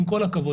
עם כל הכבוד.